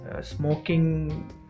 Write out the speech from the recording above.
smoking